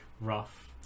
rough